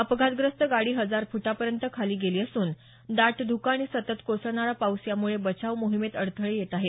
अपघातग्रस्त गाडी हजार फुटापर्यंत खाली गेली असून दाट धुकं आणि सतत कोसळणारा पाऊस यामुळे बचाव मोहिमेत अडथळे येत आहेत